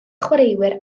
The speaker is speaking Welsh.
chwaraewyr